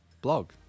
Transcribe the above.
blog